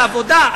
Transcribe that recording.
לעבודה,